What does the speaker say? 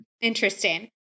interesting